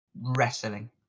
wrestling